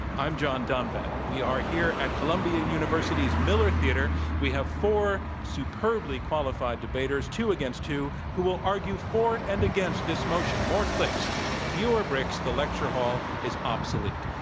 i'm john donvan. we are here at columbia university's miller theatre. we have four superbly qualified debaters, two against two, who will argue for and against this motion more clicks, fewer bricks the lecture hall is obsolete.